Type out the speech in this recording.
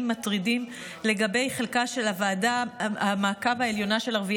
מטרידים לגבי חלקה של ועדת המעקב העליונה של ערביי